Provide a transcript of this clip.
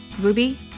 Ruby